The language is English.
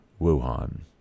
Wuhan